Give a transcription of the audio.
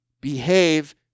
Behave